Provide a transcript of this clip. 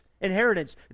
inheritance